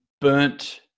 burnt